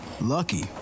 lucky